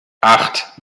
acht